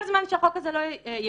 כל זמן שהחוק הזה לא יקודם,